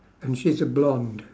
and she's a blonde